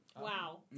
Wow